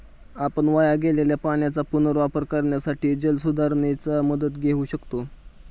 आपण वाया गेलेल्या पाण्याचा पुनर्वापर करण्यासाठी जलसुधारणेची मदत घेऊ शकतो